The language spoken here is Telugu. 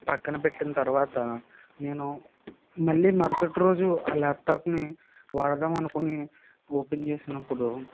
పక్కన పెట్టిన తర్వాత నేను మళ్ళీ మరుసటి రోజు ఆ ల్యాప్టాప్ని వాడదాం అనుకొని ఓపెన్ చేసినప్పుడు